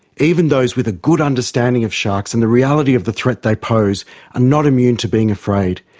even those with a good understanding of sharks and the reality of the threat they pose are not immune to being afraid,